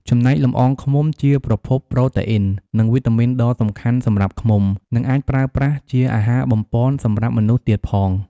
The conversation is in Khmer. ចំណែកលំអងឃ្មុំ ជាប្រភពប្រូតេអ៊ីន និងវីតាមីនដ៏សំខាន់សម្រាប់ឃ្មុំ និងអាចប្រើប្រាស់ជាអាហារបំប៉នសម្រាប់មនុស្សទៀតផង។